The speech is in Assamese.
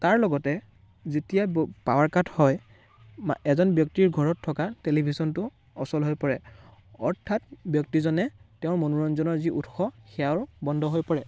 তাৰ লগতে যেতিয়া পাৱাৰ কাট হয় এজন ব্যক্তিৰ ঘৰত থকা টেলিভিশ্যনটো অচল হৈ পৰে অৰ্থাৎ ব্যক্তিজনে তেওঁৰ মনোৰঞ্জনৰ যি উৎস সেয়াও বন্ধ হৈ পৰে